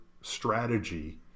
strategy